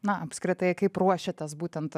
na apskritai kaip ruošiatės būtent